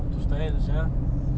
tu style sia